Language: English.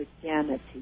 Christianity